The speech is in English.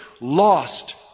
lost